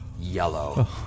yellow